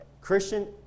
Christian